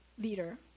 leader